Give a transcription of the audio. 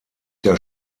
der